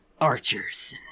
archers